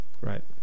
Right